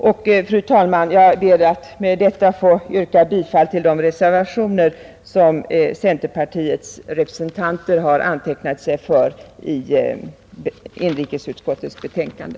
Fru talman! Jag ber att med dessa ord få yrka bifall till de reservationer som centerpartiets representanter antecknat sig för i inrikesutskottets betänkande.